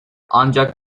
ancak